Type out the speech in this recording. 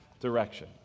direction